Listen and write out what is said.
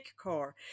car